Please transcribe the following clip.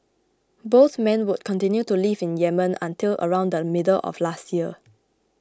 both men would continue to live in Yemen until around the middle of last year